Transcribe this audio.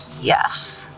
Yes